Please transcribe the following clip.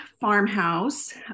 farmhouse